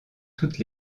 toutes